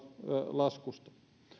laskusta